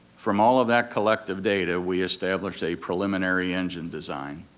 from all of that collective data we established a preliminary engine design.